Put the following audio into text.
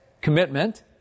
Commitment